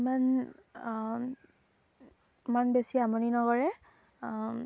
ইমান ইমান বেছি আমনি নকৰে